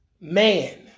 man